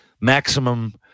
maximum